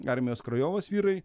armijos krajovos vyrai